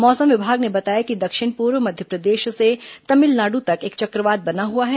मौसम विभाग ने बताया कि दक्षिण पूर्व मध्यप्रदेश से तमिलनाड् तक एक चक्रवात बना हुआ है